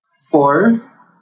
Four